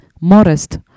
modest